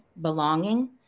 belonging